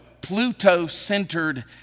Pluto-centered